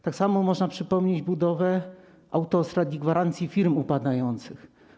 Tak samo można przypomnieć budowę autostrad i gwarancji firm upadających.